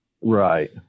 Right